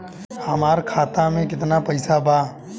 हमार खाता मे केतना पैसा बा?